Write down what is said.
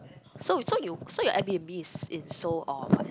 so so you so your Airbnb is in Seoul or what